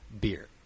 beer